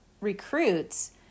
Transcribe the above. recruits